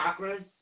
chakras